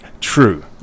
True